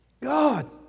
God